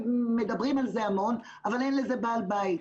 מדברים על זה המון אבל אין לזה בעל בית.